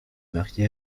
marié